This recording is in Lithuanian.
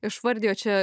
išvardijo čia